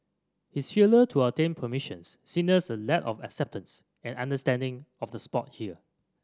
his failure to obtain permissions signals a lack of acceptance and understanding of the sport here